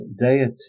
deity